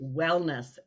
Wellness